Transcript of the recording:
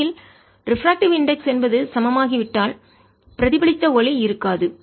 உண்மையில் refractive index ஒளிவிலகல் குறியீடு என்பது சமமாகி விட்டால் பிரதிபலித்த ஒளி இருக்காது